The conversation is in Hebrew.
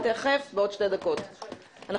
הישיבה